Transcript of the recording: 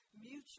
mutual